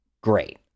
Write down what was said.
great